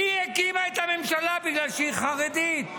היא הקימה את הממשלה בגלל שהיא חרדית.